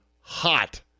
hot